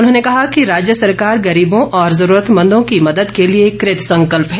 उन्होंने कहा कि राज्य सरकार गरीबों और जरूरतमंदों की मदद के लिए कृतसंकल्प है